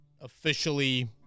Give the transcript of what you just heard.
officially